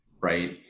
right